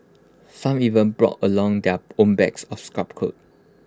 some even brought along their own bags of scrap cloth